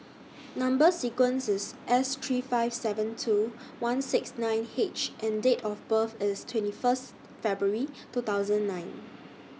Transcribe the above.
Number sequence IS S three five seven two one six nine H and Date of birth IS twenty First February two thousand nine